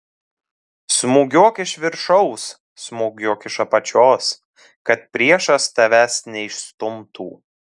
smūgiuok iš viršaus smūgiuok iš apačios kad priešas tavęs neišstumtų